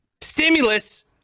Stimulus